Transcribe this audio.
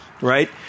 right